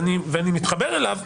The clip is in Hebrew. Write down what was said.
ואני מתחבר אליו,